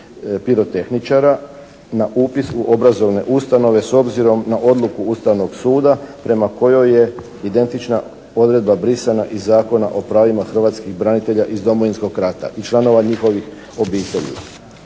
na upis u obrazovne ustanove s obzirom na odluku Ustavnog suda prema kojoj je identična odredba brisana iz Zakona o pravima hrvatskih branitelja iz Domovinskog rata i članova njihovih obitelji.